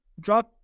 drop